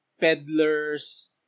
peddlers